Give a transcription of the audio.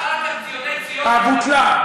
רק אחר כך "ציוני ציון" אה, בוטלה.